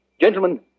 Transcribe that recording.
Gentlemen